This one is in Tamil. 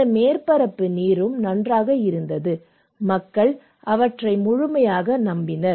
இந்த மேற்பரப்பு நீரும் நன்றாக இருந்தது மக்கள் அவற்றை முழுமையாக நம்பினர்